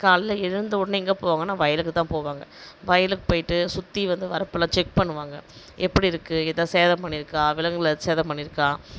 காலையில் எழுந்த உடனே எங்கள் போவங்கனால் வயலுக்குதான் போவாங்க வயலுக்கு போயிட்டு சுற்றி வந்து வரப்பில் செக் பண்ணுவாங்க எப்படி இருக்குது ஏதா சேதம் பண்ணியிருக்கா விலங்குகள் ஏதாச்சும் சேதம் பண்ணியிருக்கா